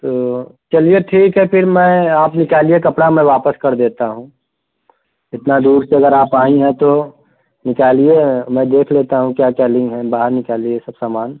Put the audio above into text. तो चलिए ठीक है फिर मैं आप निकालिए कपड़ा मैं वापस कर देता हूँ इतना दूर से अगर आप आईं हैं तो निकालिए मैं देख लेता हूँ क्या क्या ली हैं बाहर निकालिए सब सामान